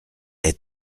est